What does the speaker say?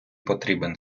потрібен